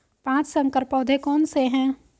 पाँच संकर पौधे कौन से हैं?